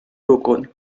بکن